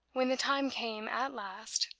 when the time came at last,